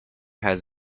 has